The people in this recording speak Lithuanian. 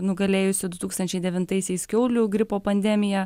nugalėjusi du tūkstančiai devintaisiais kiaulių gripo pandemiją